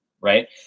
Right